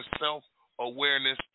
self-awareness